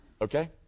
Okay